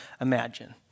imagine